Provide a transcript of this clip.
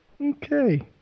Okay